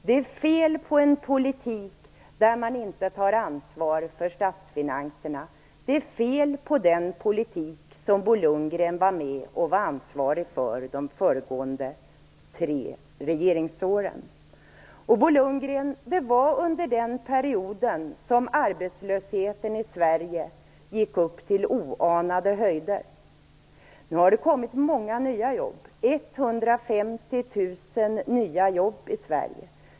Det är fel på en politik där man inte tar ansvar för statsfinanserna. Det var fel på den politik som Bo Lundgren var med att ta ansvar för under de föregående tre regeringsåren. Bo Lundgren, det var under den perioden som arbetslösheten i Sverige uppgick till oanade höjder. Nu har det tillkommit många nya jobb, 150 000 nya jobb i Sverige.